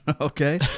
Okay